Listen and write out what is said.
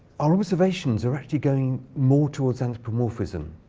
our observations are actually going more towards anthropomorphism.